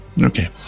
Okay